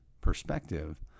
perspective